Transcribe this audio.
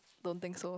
don't think so